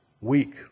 weak